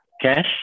Cash